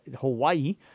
Hawaii